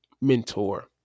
mentor